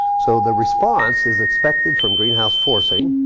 so the response is expected from greenhouse forcing.